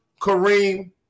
Kareem